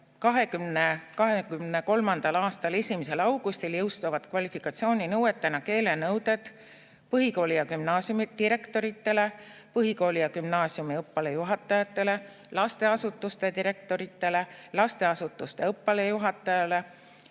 2023. aasta 1. augustil jõustuvad kvalifikatsiooninõuetena keelenõuded põhikooli ja gümnaasiumi direktorile, põhikooli ja gümnaasiumi õppealajuhatajale, lasteasutuse direktorile, lasteasutuse õppealajuhatajale,